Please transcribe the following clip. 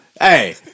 Hey